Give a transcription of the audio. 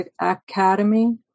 academy